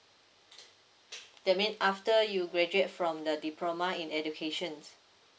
let me after you graduate from the diploma in educations